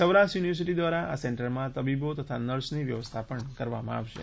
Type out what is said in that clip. Saurashtra university દ્વારા આ સેન્ટરમાં તબીબો તથા નર્સની વ્યવસ્થા કરાશે